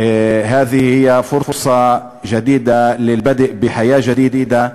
(אומר דברים בשפה הערבית, להלן תרגומם: